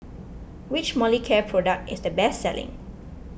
which Molicare product is the best selling